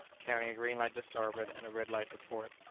carrying a green light to starboard and a red light to port.